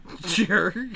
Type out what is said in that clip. Jerk